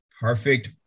Perfect